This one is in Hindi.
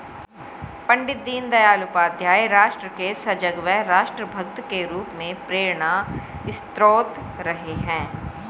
पण्डित दीनदयाल उपाध्याय राष्ट्र के सजग व राष्ट्र भक्त के रूप में प्रेरणास्त्रोत रहे हैं